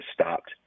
stopped